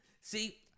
See